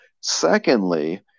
secondly